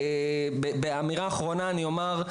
באמירה אחרונה אני אומר,